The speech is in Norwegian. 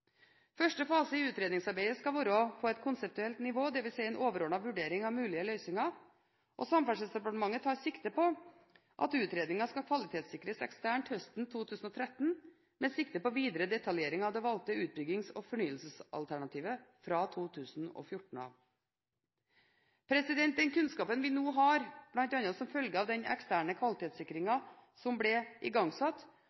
Første fase i utredningsarbeidet skal være på et konseptuelt nivå, dvs. en overordnet vurdering av mulige løsninger. Samferdselsdepartementet tar sikte på at utredningen skal kvalitetssikres eksternt høsten 2013, med sikte på videre detaljering av det valgte utbyggings- og fornyelsesalternativet fra 2014. Den kunnskapen vi nå har, bl.a. som følge av den eksterne